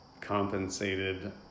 compensated